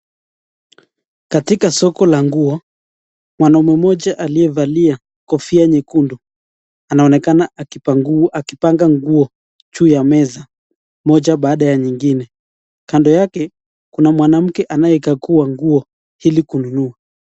Katika soko la nguo, mwanamume mmoja aliyevalia kofia nyekundu anaonekana akipanga nguo juu ya meza, moja baada ya nyingine. Kando yake kuna mwanamke anayekakua nguo ili kununua.